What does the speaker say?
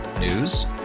News